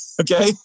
okay